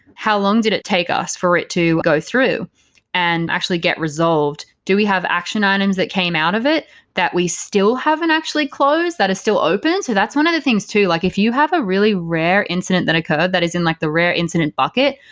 how long did it take us for it to go through and actually get resolved? do we have action items that came out of it that we still haven't actually closed, that is still open? so that's one of the things too. like if you have a really rare incident that occurred that is in like the rare incident bucket,